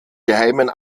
geheimen